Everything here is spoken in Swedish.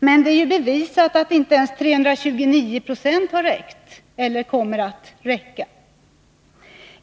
Men det är bevisat att inte ens 329 96 har räckt eller kommer att räcka!